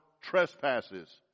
trespasses